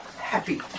happy